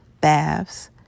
baths